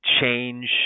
change